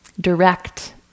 direct